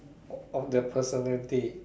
of that personality